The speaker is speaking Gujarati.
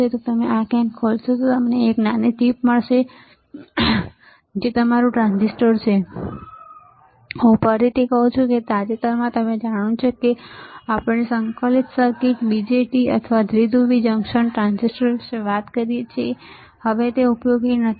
તેથી જો તમે આ કેન ખોલશો તો તમને એક નાની ચિપ મળશે જે તમારું ટ્રાન્ઝિસ્ટર છે હું ફરીથી કહું છું કે તમે તાજેતરમાં જાણો છો જ્યારે આપણે સંકલિત સર્કિટ BJT અથવા દ્વિધ્રુવી જંકશન ટ્રાન્ઝિસ્ટર વિશે વાત કરીએ છીએ તે હવે ઉપયોગી નથી